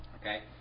Okay